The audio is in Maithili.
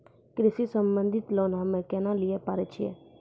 कृषि संबंधित लोन हम्मय केना लिये पारे छियै?